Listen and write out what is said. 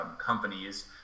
companies